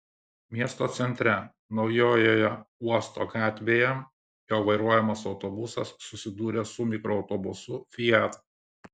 miesto centre naujojoje uosto gatvėje jo vairuojamas autobusas susidūrė su mikroautobusu fiat